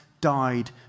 died